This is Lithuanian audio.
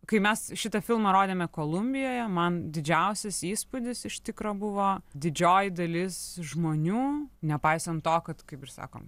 kai mes šitą filmą rodėme kolumbijoje man didžiausias įspūdis iš tikro buvo didžioji dalis žmonių nepaisant to kad kaip ir sakom